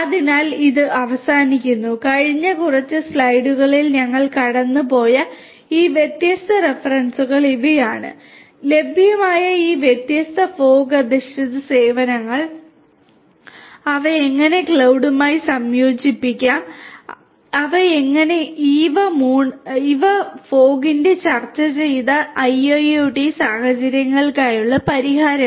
അതിനാൽ ഇത് അവസാനിക്കുന്നു കഴിഞ്ഞ കുറച്ച് സ്ലൈഡുകളിൽ ഞങ്ങൾ കടന്നുപോയ ഈ വ്യത്യസ്ത റഫറൻസുകൾ ഇവയാണ് ലഭ്യമായ ഈ വ്യത്യസ്ത ഫോഗ് അധിഷ്ഠിത സേവനങ്ങൾ അവ എങ്ങനെ ക്ലൌഡുമായി സംയോജിപ്പിക്കാം അങ്ങനെ ഇവഫോഗ്ണ് ഞങ്ങൾ ചർച്ച ചെയ്ത IIoT സാഹചര്യങ്ങൾക്കായുള്ള പരിഹാരങ്ങൾ